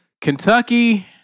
Kentucky